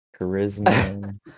charisma